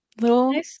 little